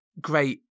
great